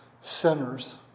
sinners